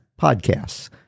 podcasts